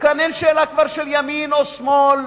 וכאן כבר אין שאלה של ימין או שמאל,